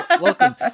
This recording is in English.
welcome